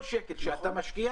כל שקל שאתה משקיע